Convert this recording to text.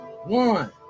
one